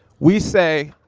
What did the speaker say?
we say,